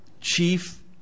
chief